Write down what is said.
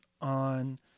on